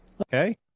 okay